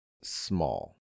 Small